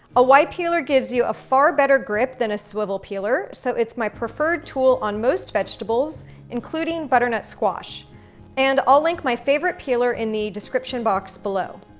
a y peeler gives you a far better grip than a swivel peeler. so it's my preferred tool on most vegetables including butternut squash and i'll link my favorite peeler in the description box below.